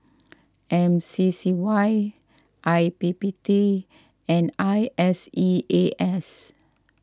M C C Y I P P T and I S E A S